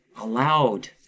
allowed